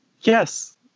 Yes